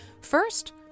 First